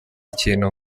ikintu